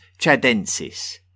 chadensis